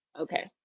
Okay